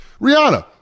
Rihanna